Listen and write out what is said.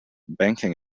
banking